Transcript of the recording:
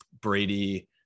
Brady